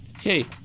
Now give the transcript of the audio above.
hey